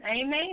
Amen